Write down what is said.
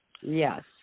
Yes